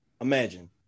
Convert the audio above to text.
imagine